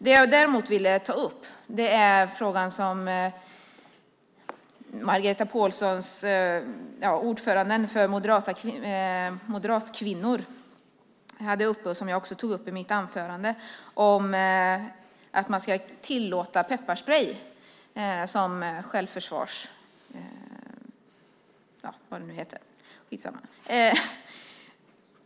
Det jag däremot vill ta upp är den fråga som ordföranden för Moderatkvinnorna hade uppe och som jag också tog upp i mitt anförande om att man ska tillåta pepparsprej för självförsvar.